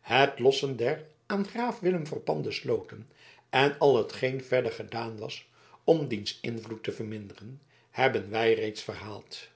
het lossen der aan graaf willem verpande sloten en al hetgeen verder gedaan was om diens invloed te verminderen hebben wij reeds verhaald